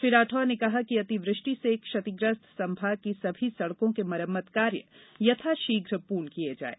श्री राठौर ने कहा कि अति वृष्टि से क्षतिग्रस्त संभाग की सभी सड़कों के मरम्मत कार्य यथाशीघ पूर्ण किए जाएं